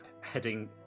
heading